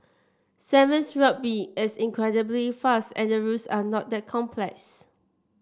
Sevens Rugby is incredibly fast and the rules are not that complex